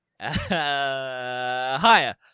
Higher